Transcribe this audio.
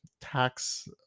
tax